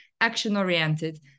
action-oriented